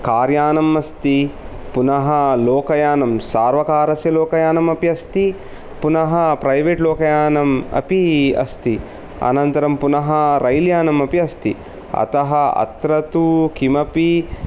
car यानम् अस्ति पूनः लोकायानम् सार्वकारस्य लोकायानमपि अस्ति पुनः प्रैवेट् लोकयानम् अपि अस्ति अनन्तरं पुनः रैल् यानम् अपि अस्ति अतः अत्र तु किमपि